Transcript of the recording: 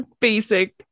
basic